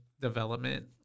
development